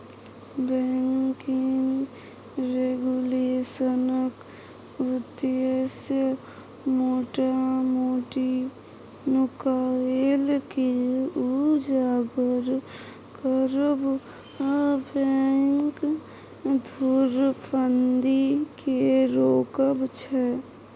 banking रेगुलेशनक उद्देश्य मोटा मोटी नुकाएल केँ उजागर करब आ बैंक धुरफंदी केँ रोकब छै